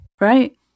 Right